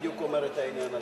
בדיוק אומר את העניין הזה.